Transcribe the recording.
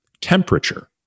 Temperature